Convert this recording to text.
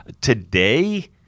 Today